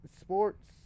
sports